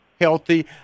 healthy